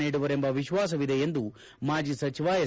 ನೀಡುವರೆಂಬ ವಿಶ್ವಾಸವಿದೆ ಎಂದು ಮಾಜಿ ಸಚಿವ ಎಸ್